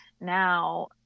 now